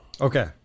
Okay